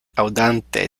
aŭdante